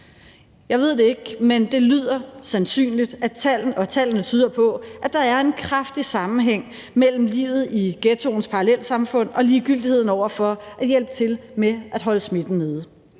Jeg ved det ikke, men det lyder sandsynligt, og tallene tyder på, at der er en kraftig sammenhæng mellem livet i ghettoens parallelsamfund og ligegyldigheden over for at hjælpe til med at holde smitten nede,